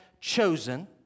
chosen